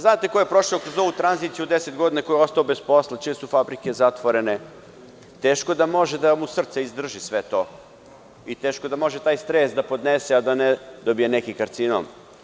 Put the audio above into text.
Znate, ko je prošao kroz ovu tranziciju od 10 godina, ko je ostao bez posla, čije su fabrike zatvorene, teško da može srce da mu izdrži sve to i teško da može da podnese taj stres, a da ne dobije neki karcinom.